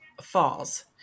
falls